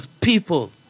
people